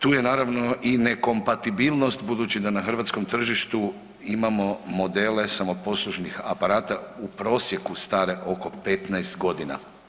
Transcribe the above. Tu je naravno i nekompatibilnost budući da na hrvatskom tržištu imamo modele samoposlužnih aparata u prosjeku stare oko 15 godina.